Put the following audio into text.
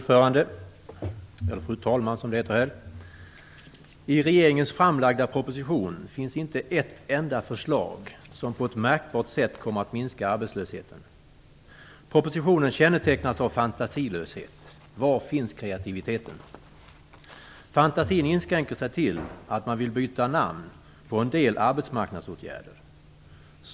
Fru talman! I regeringens framlagda proposition finns inte ett enda förslag som på ett märkbart sätt kommer att minska arbetslösheten. Propositionen kännetecknas av fantasilöshet. Var finns kreativiteten? Fantasin inskränker sig till att man vill byta namn på en del arbetsmarknadsåtgärder.